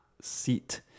seat